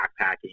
backpacking